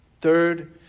Third